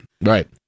right